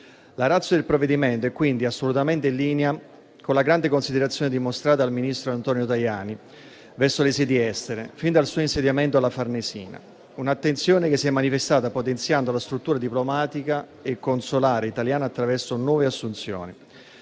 La *ratio* del provvedimento è quindi assolutamente in linea con la grande considerazione dimostrata dal ministro Antonio Tajani verso le sedi estere, fin dal suo insediamento alla Farnesina. Si tratta di un'attenzione che si è manifestata potenziando la struttura diplomatica e consolare italiana attraverso nuove assunzioni.